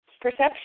perception